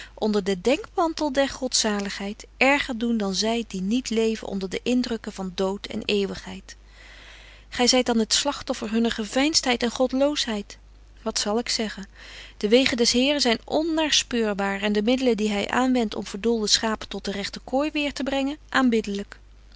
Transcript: onder den dekmantel der godzaligheid erger doen dan zy die niet leven onder de indrukken van dood en eeuwigheid gy zyt dan het slagtoffer hunner geveinstheid en godloosheid wat zal ik zeggen de wegen des heren zyn onnaarspeurbaar en de middelen die hy aanwendt om verdoolde schapen tot de regte kooi weêr te brengen aanbiddelyk